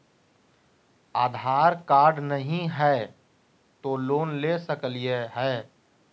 आधार card नही हय, तो लोन ले सकलिये है?